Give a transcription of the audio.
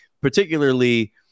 particularly